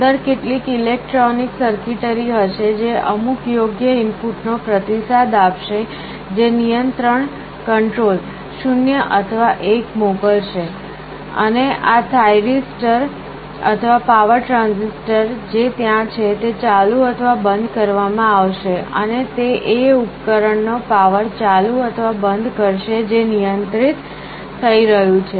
અંદર કેટલીક electronic circuitry હશે જે અમુક યોગ્ય ઇનપુટનો પ્રતિસાદ આપશે જે નિયંત્રણ 0 અથવા 1 મોકલશે અને આ થાઇરીસ્ટર અથવા પાવર ટ્રાન્ઝિસ્ટર જે ત્યાં છે તે ચાલુ અથવા બંધ કરવામાં આવશે અને તે એ ઉપકરણ નો પાવર ચાલુ અથવા બંધ કરશે જે નિયંત્રિત થઈ રહ્યું છે